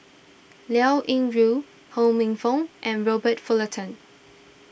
Liao Yingru Ho Minfong and Robert Fullerton